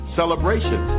celebration